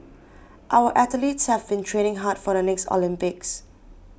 our athletes have been training hard for the next Olympics